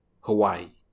Hawaii